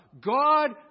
God